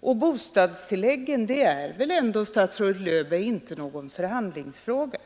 och bostadstilläggen är väl ändå, statsrådet Löfberg, inte någon förhandlingsfråga?